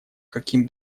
каким